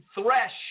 thresh